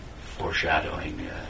foreshadowing